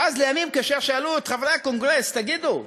ואז, לימים, כאשר שאלו את חברי הקונגרס: תגידו,